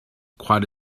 quite